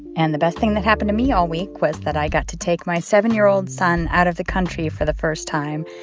and the best thing that happened to me all week was that i got to take my seven year old son out of the country for the first time.